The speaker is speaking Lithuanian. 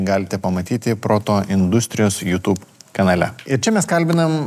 galite pamatyti proto industrijos youtube kanale ir čia mes kalbinam